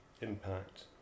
impact